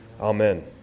Amen